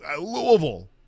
Louisville